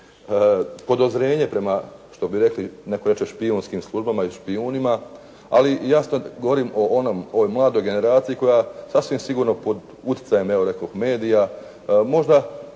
netko reče, špijunskim službama i špijunima, ali jasno govorim o mladoj generaciji koja sasvim sigurno pod utjecajem evo nekoga